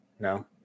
No